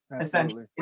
essentially